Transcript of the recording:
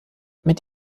mit